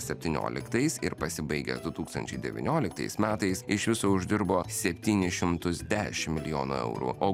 septynioliktais ir pasibaigė du tūkstančiai devynioliktais metais iš viso uždirbo septynis šimtus dešim milijonų eurų o